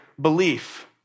belief